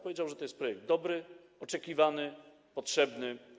Powiedział, że to jest projekt dobry, oczekiwany, potrzebny.